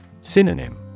Synonym